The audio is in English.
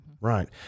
right